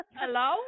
Hello